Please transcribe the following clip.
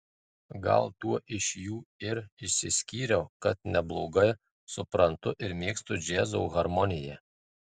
gal tuo iš jų ir išsiskyriau kad neblogai suprantu ir mėgstu džiazo harmoniją